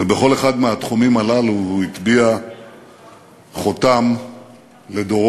ובכל אחד מהתחומים הללו הוא הטביע חותם לדורות.